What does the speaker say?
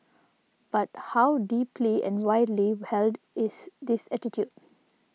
but how deeply and widely held is this attitude